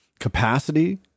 capacity